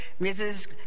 Mrs